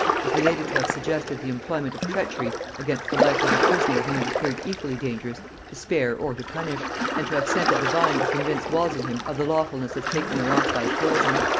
is related to have suggested the employment of treachery against the life of a prisoner whom it appeared equally dangerous to spare or to punish and to have sent a divine to convince walsingham of the lawfulness of taking her off by poison.